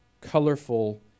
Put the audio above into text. colorful